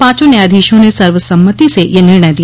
पांचों न्यायाधीशों ने सर्व सम्मति से यह निर्णय दिया